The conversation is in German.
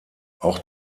auch